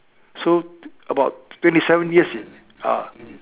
so about twenty seven years ah